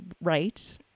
right